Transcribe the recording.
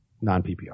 non-PPR